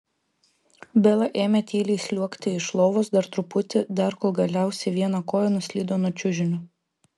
bela ėmė tyliai sliuogti iš lovos dar truputį dar kol galiausiai viena koja nuslydo nuo čiužinio